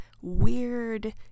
weird